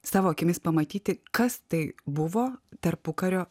savo akimis pamatyti kas tai buvo tarpukario